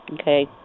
Okay